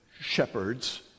shepherds